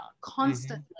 constantly